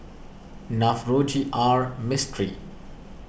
Navroji R Mistri